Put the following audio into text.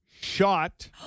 shot